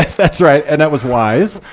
that's right. and that was wise.